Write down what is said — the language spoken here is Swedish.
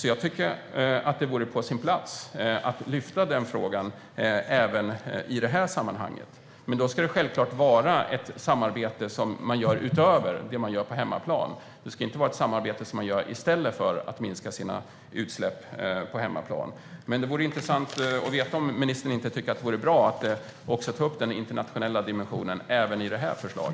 Jag tycker att det vore på sin plats att lyfta den frågan även i detta sammanhang, men då ska det självklart vara ett samarbete som går utöver det man gör på hemmaplan och inte sker i stället för en minskning av utsläppen på hemmaplan. Det vore intressant att veta om ministern tycker att det vore bra att ta upp den internationella dimensionen även i detta förslag.